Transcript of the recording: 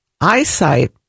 eyesight